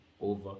over